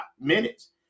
minutes